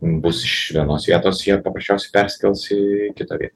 bus iš vienos vietos jie paprasčiausiai persikels į kitą vietą